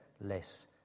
less